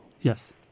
Yes